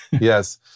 Yes